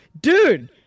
dude